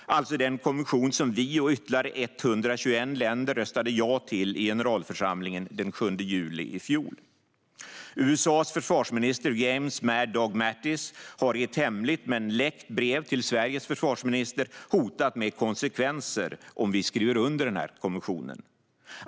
Detta är den konvention som vi och ytterligare 121 länder röstade ja till i generalförsamlingen den 7 juli i fjol. USA:s försvarsminister James "Mad Dog" Mattis har i ett hemligt, men läckt, brev till Sveriges försvarsminister hotat med konsekvenser om vi skriver under denna konvention.